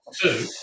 two